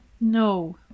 No